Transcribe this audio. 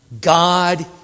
God